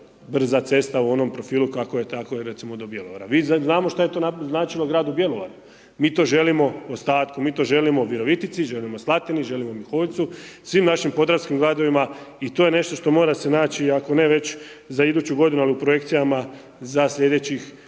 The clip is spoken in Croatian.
brza cesta u onom profilu kako je tako recimo do Bjelovara. Znamo što je to značilo gradu Bjelovaru, mi to želimo ostatku, mi to želimo Virovitici, želimo Slatini, želimo Miholjcu, svim našim podravskim …/Govornik se ne razumije./… i to je nešto što mora se naći, ako ne već za iduću g. ali u projekcijama za sljedećih